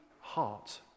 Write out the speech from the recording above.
heart